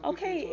Okay